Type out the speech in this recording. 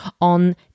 on